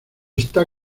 está